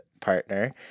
partner